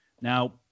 Now